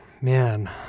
Man